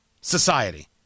society